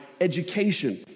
education